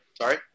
Sorry